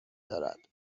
دارد